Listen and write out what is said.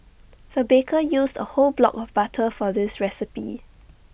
the baker used A whole block of butter for this recipe